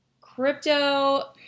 Crypto